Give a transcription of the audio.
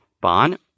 bond